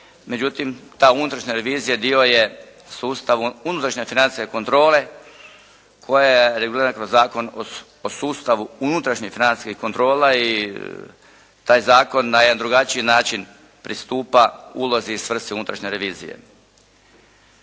Međutim ta unutrašnja revizija dio je sustava, unutrašnje financijske kontrole koja je regulirana kroz Zakon o sustavu unutrašnjih financijskih kontrola i taj zakon na jedan drugačiji način pristupa ulozi i svrsi unutrašnje revizije.